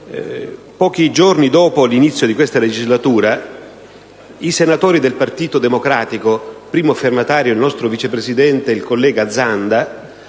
Pochi giorni dopo l'inizio della legislatura, i senatori del Partito Democratico (primo firmatario il nostro vice presidente, il collega Zanda)